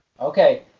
Okay